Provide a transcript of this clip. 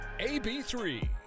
AB3